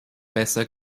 besser